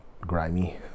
grimy